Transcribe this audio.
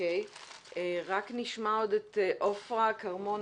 נשמע את עפרה כרמון